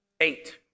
Eight